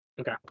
Okay